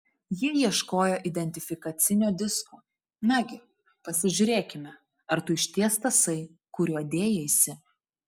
ji ieškojo identifikacinio disko nagi pasižiūrėkime ar tu išties tasai kuriuo dėjaisi